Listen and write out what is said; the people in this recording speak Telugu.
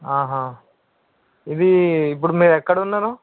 ఇది ఇప్పుడు మీరు ఎక్కడ ఉన్నారు